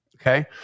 Okay